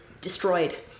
destroyed